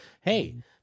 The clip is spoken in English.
hey